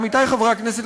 עמיתי חברי הכנסת,